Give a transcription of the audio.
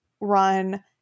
run